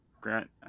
Grant